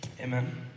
Amen